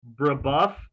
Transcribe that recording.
Brabuff